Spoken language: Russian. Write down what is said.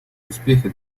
успехи